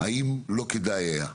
האם לא כדאי היה לחשוב,